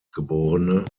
geb